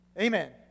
Amen